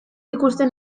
ikusten